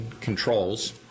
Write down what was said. controls